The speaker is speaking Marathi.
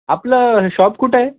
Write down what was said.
आपलं शॉप कुठं आहे